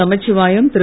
Namachivayam Thiru